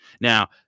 Now